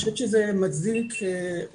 אני חושב שזה מצדיק חשיבה.